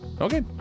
okay